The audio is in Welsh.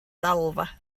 ddalfa